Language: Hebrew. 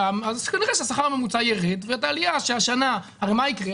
אז כנראה שהשכר הממוצע יירד ואת העלייה שהשנה הרי מה יקרה?